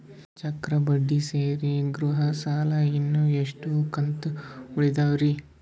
ಚಕ್ರ ಬಡ್ಡಿ ಸೇರಿ ಗೃಹ ಸಾಲ ಇನ್ನು ಎಷ್ಟ ಕಂತ ಉಳಿದಾವರಿ?